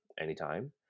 anytime